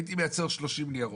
הייתי מייצר 30 ניירות.